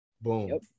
Boom